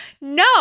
No